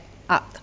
art